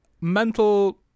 mental